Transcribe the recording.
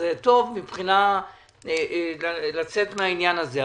זה טוב מבחינת לצאת מהעניין הזה.